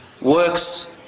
works